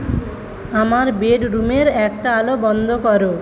আমার বেডরুমের একটা আলো বন্ধ করো